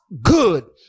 good